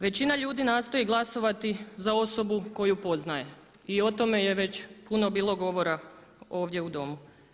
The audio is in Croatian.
Većina ljudi nastoji glasovati za osobu koju poznaje i o tome je već puno bilo govora ovdje u domu.